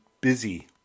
busy